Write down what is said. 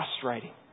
frustrating